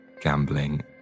gambling